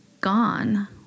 gone